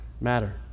matter